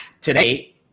today